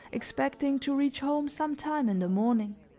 expecting to reach home some time in the morning.